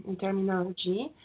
terminology